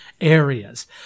areas